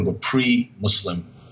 pre-Muslim